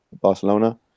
Barcelona